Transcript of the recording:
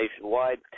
nationwide